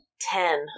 Ten